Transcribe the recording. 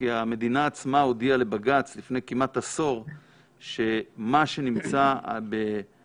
כי המדינה עצמה הודיעה לבג"ץ לפני כמעט עשור שמה שנמצא בקרקע